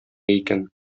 икән